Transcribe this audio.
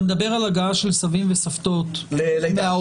אתה מדבר על הגעה של סבים וסבתות לאירועי